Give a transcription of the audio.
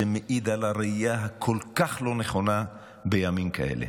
זה מעיד על הראייה הכל-כך לא נכונה בימים כאלה.